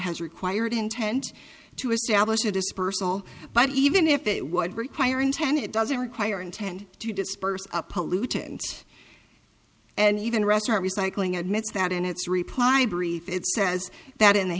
has required intent to establish a dispersal but even if it would require intent it doesn't require intend to disperse a pollutant and even restaurant recycling admits that in its reply brief it says that in the